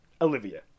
Olivia